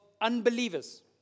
unbelievers